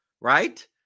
right